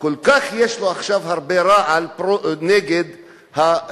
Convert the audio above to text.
יש לו עכשיו כל כך הרבה רעל נגד הערבים.